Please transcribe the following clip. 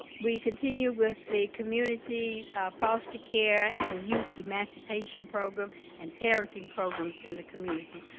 we continue with the community foster care and youth emancipation program and parenting programs in the community.